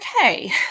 okay